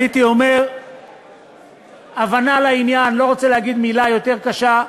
הייתי אומר הבנה לעניין לא רוצה להגיד מילה יותר קשה,